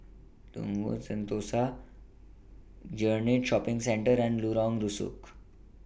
Sentosa Greenridge Shopping Centre and Lorong Rusuk